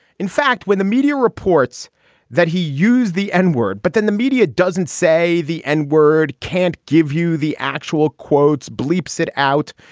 in fact when the media reports that he used the n-word but then the media doesn't say the n word can't give you the actual quotes bleeps it out.